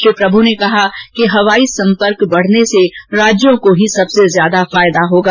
श्री प्रभु ने कहा कि हवाई संपर्क बढ़ने से राज्यों को ही सबसे ज्यादा लाभ होगा